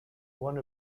one